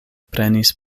prenis